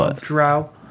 Drow